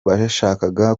bashakaga